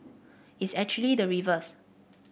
it's actually the reverse